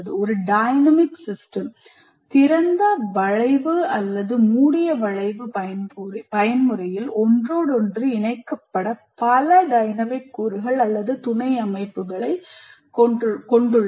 ஒரு dynamic system திறந்த வளைவு அல்லது மூடிய வளைவு பயன்முறையில் ஒன்றோடொன்று இணைக்கப்பட்ட பல டைனமிக் கூறுகள் அல்லது துணை அமைப்புகளைக் கொண்டுள்ளது